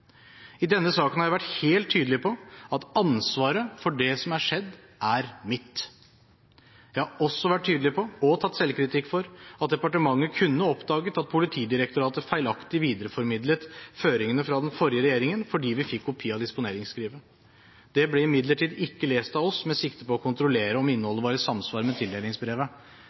I denne saken har jeg vært helt tydelig på at ansvaret for det som er skjedd, er mitt. Jeg har også vært tydelig på – og tatt selvkritikk for – at departementet kunne oppdaget at Politidirektoratet feilaktig videreformidlet føringene fra den forrige regjeringen, fordi vi fikk kopi av disponeringsskrivet. Det ble imidlertid ikke lest av oss med sikte på å kontrollere om